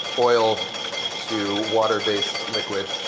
oil to water-based liquid.